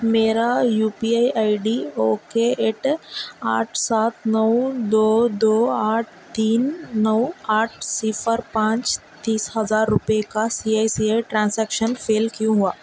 میرا U P I I D O K eight آٹھ سات نو دو دو آٹھ تین نو آٹھ صفر پانچ تیس ہزار روپئے کا C I C I transaction fail کیوں ہوا